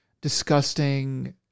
disgusting